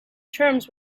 terms